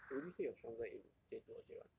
would you say you're stronger in J two or J one